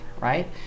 right